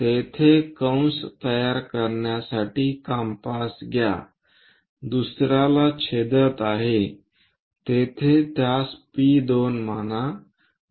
तेथे कंस तयार करण्यासाठी कंपास घ्या दुसर्याला छेदत आहे येथे त्यास P2 म्हणा